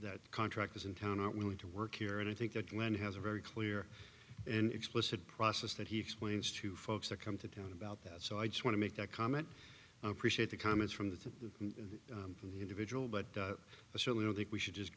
that contractors in town aren't willing to work here and i think that glenn has a very clear and explicit process that he explains to folks that come to town about that so i just want to make that comment appreciate the comments from the and from the individual but i certainly don't think we should just